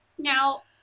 Now